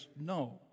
no